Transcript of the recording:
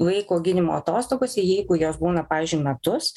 vaiko auginimo atostogose jeigu jos būna pavyzdžiui metus